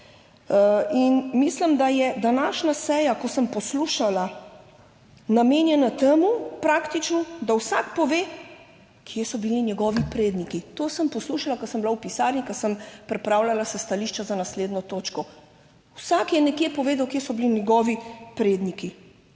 in mislim, da je današnja seja, ko sem poslušala, namenjena temu, praktično, da vsak pove, kje so bili njegovi predniki. To sem poslušala, ko sem bila v pisarni, ko sem pripravljala stališča za naslednjo točko. Vsak je nekje povedal, kje so bili njegovi predniki.